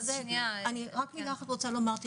אני רק מילה אחת רוצה לומר,